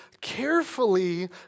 carefully